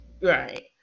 right